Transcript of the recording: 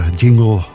jingle